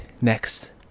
next